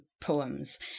poems